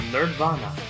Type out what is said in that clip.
Nerdvana